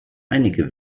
einige